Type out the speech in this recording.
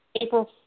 April